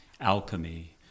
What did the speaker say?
alchemy